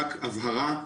רק הבהרה,